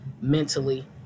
mentally